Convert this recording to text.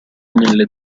nelle